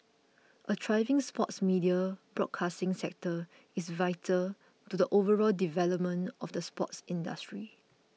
a thriving sports media broadcasting sector is vital to the overall development of the sports industry